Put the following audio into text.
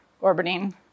orbiting